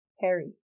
Harry